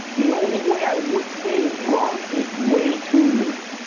the only way i would say is wrong is way too loose.